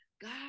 god